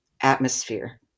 atmosphere